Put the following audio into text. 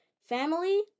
Family